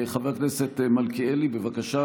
חבר הכנסת מלכיאלי, בבקשה.